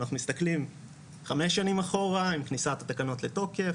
אנחנו מסתכלים חמש שנים אחורה עם כניסת התקנות לתוקף,